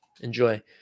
Enjoy